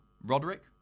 Roderick